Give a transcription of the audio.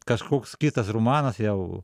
kažkoks kitas romanas jau